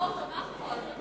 תמך בו.